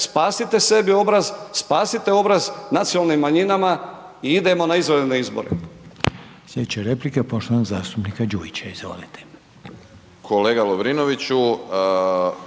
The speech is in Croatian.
spasite sebi obraz, spasite obraz nacionalnim manjinama i idemo na izvanredne izbore.